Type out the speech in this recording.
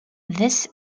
this